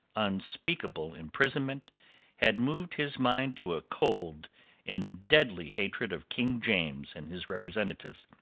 unspeakable imprisonment had moved his mind to a cold and deadly hatred of king james and his representatives.